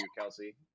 Kelsey